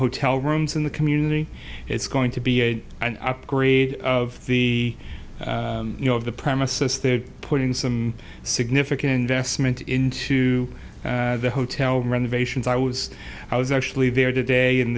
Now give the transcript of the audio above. hotel rooms in the community it's going to be a upgrade of the you know of the premises they're putting some significant investment into the hotel renovations i was i was actually there today